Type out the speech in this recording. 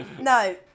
No